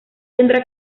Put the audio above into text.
tendrá